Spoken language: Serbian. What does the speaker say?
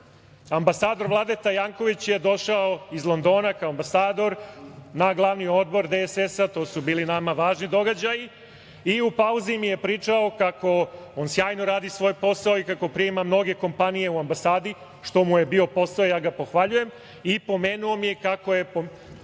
ambasador Vladeta Janković je došao iz Londona kao ambasador na glavni odbor DSS, tu su bili nama važni događaji, i u pauzi mi je pričao kako on sjajno radi svoj posao i kako prima mnoge kompanije u ambasadi, što mu je bio posao, ja ga pohvaljujem i pomenuo mi je primio